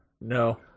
No